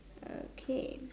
okay